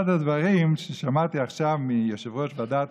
אחד הדברים ששמעתי עכשיו מיושב-ראש ועדת